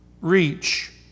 reach